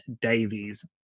Davies